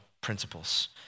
principles